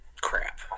crap